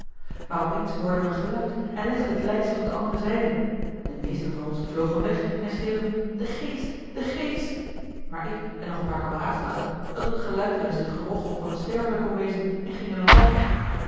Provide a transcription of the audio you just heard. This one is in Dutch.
op eens hoorden we een geluid en legde het lijk zich op de andere zijde de meesten van ons vlogen weg en schreeuwden de geest de geest maar ik en nog een paar kameraads dachten dat het geluid wel eens het gerochel van een stervende kon wezen en gingen er op af